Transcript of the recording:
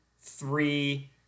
three